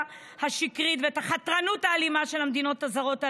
השקרית ואת החתרנות האלימה של המדינות הזרות הללו,